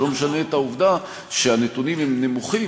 וזה לא משנה את העובדה שהנתונים נכונים,